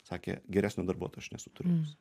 sakė geresnio darbuotojo aš nesu turėjus